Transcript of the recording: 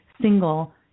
single